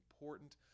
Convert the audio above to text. important